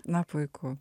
na puiku